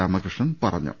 രാമകൃഷ്ണൻ പറഞ്ഞു